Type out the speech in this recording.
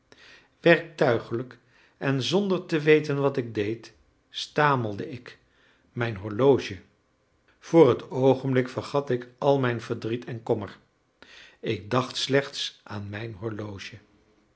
werktuiglijk en zonder te weten wat ik deed stamelde ik mijn horloge voor het oogenblik vergat ik al mijn verdriet en kommer ik dacht slechts aan mijn horloge